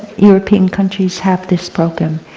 european countries have this program,